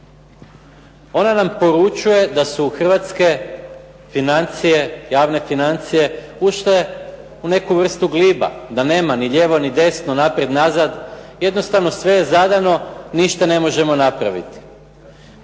Ona nam poručuje da su hrvatske financije, javne financije ušle u neku vrstu gliba, da nema ni lijevo ni desno, naprijed, nazad, jednostavno sve je zadano, ništa ne možemo napraviti.